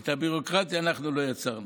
את הביורוקרטיה אנחנו לא יצרנו.